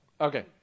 Okay